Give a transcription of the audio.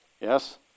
Yes